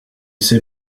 s’est